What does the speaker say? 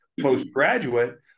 postgraduate